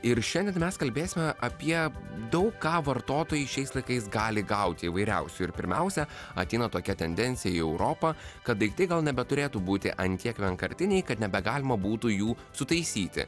ir šiandien mes kalbėsime apie daug ką vartotojai šiais laikais gali gauti įvairiausių ir pirmiausia ateina tokia tendencija į europą kad daiktai gal nebeturėtų būti ant tiek vienkartiniai kad nebegalima būtų jų sutaisyti